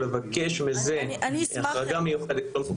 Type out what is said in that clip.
לבקש בזה החרגה מיוחדת.